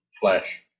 flesh